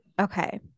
Okay